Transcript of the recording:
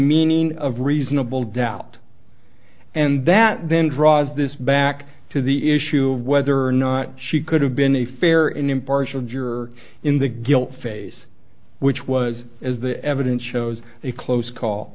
meaning of reasonable doubt and that then draws this back to the issue of whether or not she could have been a fair in impartial juror in the guilt phase which was as the evidence shows a close call